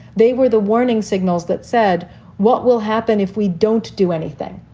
they were the warning signals that said what will happen if we don't do anything?